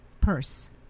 purse